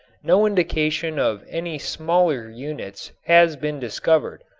no indication of any smaller units has been discovered,